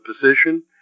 position